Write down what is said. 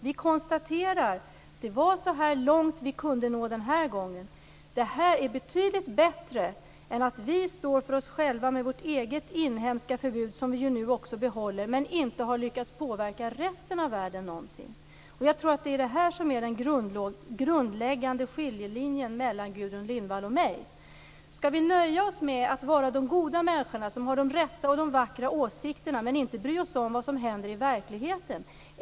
Vi konstaterar att det var så här långt vi kunde nå den här gången. Det här är betydligt bättre än att vi står för oss själva med vårt eget inhemska förbud, som vi ju nu också behåller, men inte har lyckats påverka resten av världen. Jag tror att det här är den grundläggande skiljelinjen mellan Gudrun Lindvall och mig. Skall vi nöja oss med att vara de goda människorna som har de rätta och de vackra åsikterna men inte bry oss om vad som händer i verkligheten?